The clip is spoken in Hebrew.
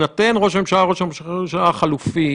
בסיפה: לפי ההנחיות המקצועיות של משרד הבריאות.